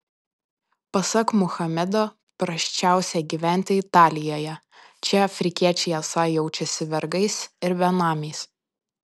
pasak muhamedo prasčiausia gyventi italijoje čia afrikiečiai esą jaučiasi vergais ir benamiais